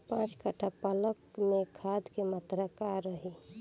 पाँच कट्ठा पालक में खाद के मात्रा का रही?